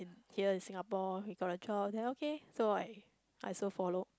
here in Singapore he got a job then okay so I so I also follow